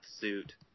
suit